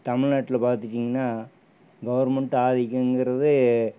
தமிழ்நாட்டில் பார்த்துட்டிங்கனா கவர்மெண்ட் ஆதிக்கிங்கிறது